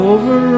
Over